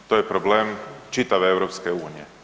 To je problem čitave EU.